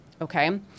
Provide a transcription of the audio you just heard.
Okay